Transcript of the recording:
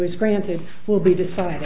is granted will be decided